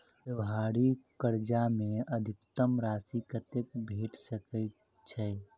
त्योहारी कर्जा मे अधिकतम राशि कत्ते भेट सकय छई?